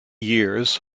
years